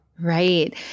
Right